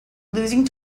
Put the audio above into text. losing